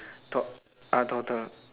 tod~ ah toddler